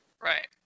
right